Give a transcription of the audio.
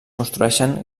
construeixen